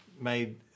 made